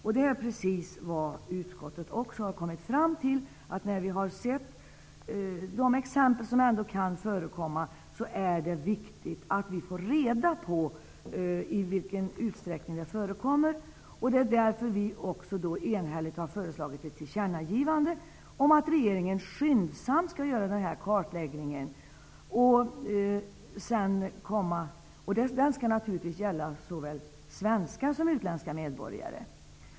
Detta är precis vad utskottet också har kommit fram till. Efter att ha sett exempel på vad som kan förekomma är det viktigt att få reda på i vilken utsträckning bidragsfusk förekommer. Det är därför som vi enhälligt har föreslagit ett tillkännagivande om att regeringen skyndsamt skall göra denna kartläggning, vilken naturligtvis skall omfatta såväl svenska som utländska medborgare.